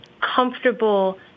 comfortable